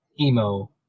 emo